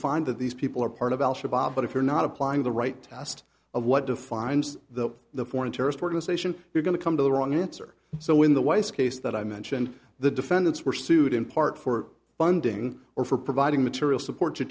find that these people are part of al shabaab but if you're not applying the right test of what defines the the foreign terrorist organization you're going to come to the wrong answer so when the weiss case that i mentioned the defendants were sued in part for funding or for providing material support to